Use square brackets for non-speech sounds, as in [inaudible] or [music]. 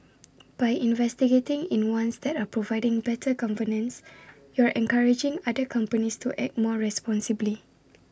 by investor heating in ones that are providing better governance [noise] you're encouraging other companies to act more responsibly